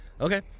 Okay